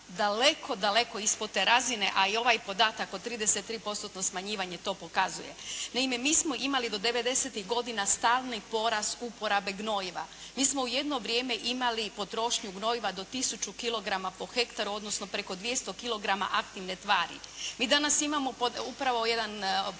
daleko, daleko ispod te razine, a i ovaj podatak od 33 postotnog smanjivanje to pokazuje. Naime, mi smo imali do devedesetih godina stalni porast uporabe gnojiva. Mi smo jedno vrijeme imali potrošnju gnojiva do tisuću kilogramu po hektaru, odnosno preko 200 kilograma aktivne tvari. Mi danas imamo upravo jedan